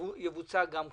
יבוצע גם כאן.